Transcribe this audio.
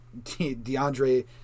DeAndre